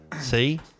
See